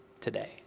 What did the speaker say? today